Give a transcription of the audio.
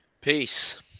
Peace